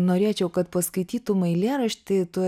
norėčiau kad paskaitytum eilėraštį tu